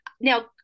Now